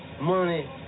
Money